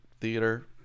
Theater